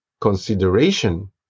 consideration